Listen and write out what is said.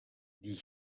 die